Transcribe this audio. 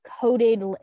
coded